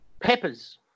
peppers